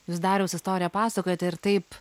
jūs dariaus istoriją pasakojate ir taip